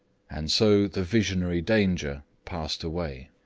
and so the visionary danger passed away.